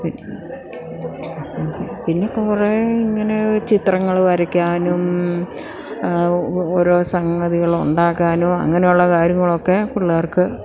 അപ്പം പിന്നെ കുറേ ഇങ്ങനെ ചിത്രങ്ങൾ വരയ്ക്കാനും ഓരോ സംഗതികൾ ഉണ്ടാക്കാനും അങ്ങനെയുള്ള കാര്യങ്ങളൊക്കെ പിള്ളേർക്ക്